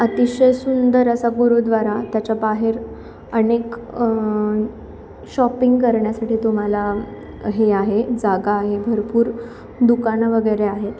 अतिशय सुंदर असा गुरुद्वारा त्याच्या बाहेर अनेक शॉपिंग करण्यासाठी तुम्हाला हे आहे जागा आहे भरपूर दुकानं वगैरे आहेत आणि